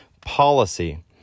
policy